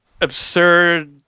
absurd